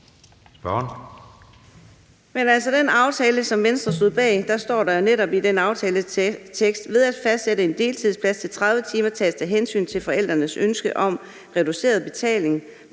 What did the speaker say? den aftale, som Venstre stod bag, står der jo netop i aftaleteksten, at ved at fastsætte en deltidsplads til 30 timer tages der hensyn til forældrenes ønske om reduceret betaling,